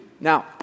Now